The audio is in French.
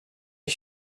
des